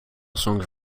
songs